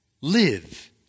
live